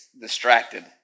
distracted